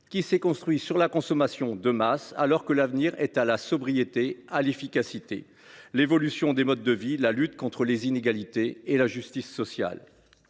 qui s’est construit sur la consommation de masse, alors que l’avenir est à la sobriété, à l’efficacité, à l’évolution des modes de vie, à la lutte contre les inégalités et à la justice sociale.